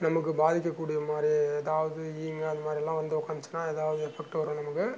நமக்கு பாதிக்கக்கூடிய மாதிரி எதாவது ஈங்க அது மாதிரி எல்லாம் வந்து உக்காந்துச்சுனா எதாவது எஃபெக்ட் வரும் நமக்கு